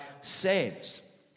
saves